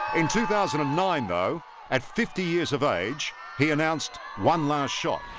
in two thousand and nine though at fifty years of age he announced one last shot